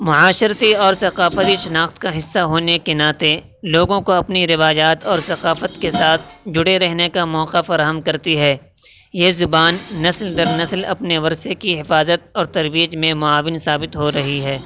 معاشرتی اور ثقافتی شناخت کا حصہ ہونے کے ناتے لوگوں کو اپنی روایات اور ثقافت کے ساتھ جڑے رہنے کا موقع فراہم کرتی ہے یہ زبان نسل در نسل اپنے ورثے کی حفاظت اور ترویج میں معاون ثابت ہو رہی ہے